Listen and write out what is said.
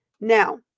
now